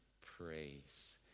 praise